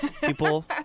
People